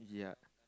yeah